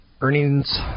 earnings